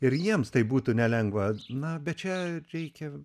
ir jiems tai būtų nelengva na bet čia reikia